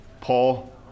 Paul